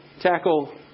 tackle